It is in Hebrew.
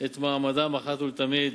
את מעמדם אחת ולתמיד.